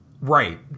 right